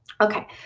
okay